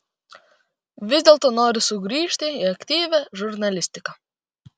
vis dėlto noriu sugrįžti į aktyvią žurnalistiką